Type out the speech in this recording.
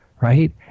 Right